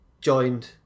joined